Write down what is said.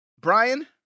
Brian